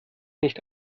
nicht